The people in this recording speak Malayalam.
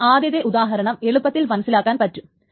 ഈ ആദ്യത്തെ ഉദാഹരണം എളുപ്പത്തിൽ മനസ്സിലാക്കാൻ പറ്റും